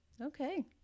Okay